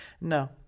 no